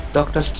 Doctor